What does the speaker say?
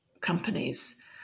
companies